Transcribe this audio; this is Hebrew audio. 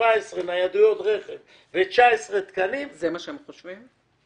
ניידויות רכב ו-19 תקנים --- זה מה שהם חושבים?